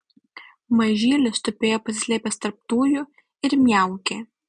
mažylis tupėjo pasislėpęs tarp tujų ir miaukė